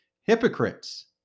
hypocrites